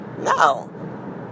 No